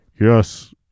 Yes